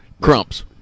Crumps